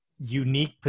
Unique